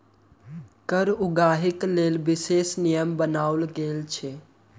कर उगाहीक लेल विशेष नियम बनाओल गेल छै